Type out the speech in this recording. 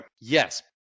Yes